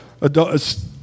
adults